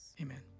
Amen